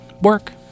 work